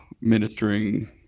ministering